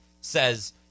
says